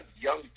young